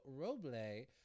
Roble